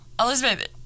Elizabeth